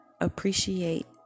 Appreciate